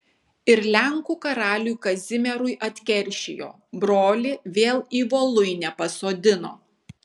ir lenkų karaliui kazimierui atkeršijo brolį vėl į voluinę pasodino